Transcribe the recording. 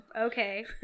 Okay